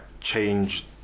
change